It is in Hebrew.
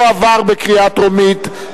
לא עברה בקריאה טרומית,